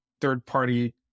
third-party